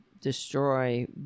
destroy